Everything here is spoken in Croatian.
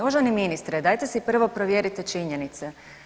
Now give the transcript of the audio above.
Uvaženi ministre, dajte si prvo promijenite činjenice.